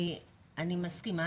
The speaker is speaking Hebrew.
אני מסכימה,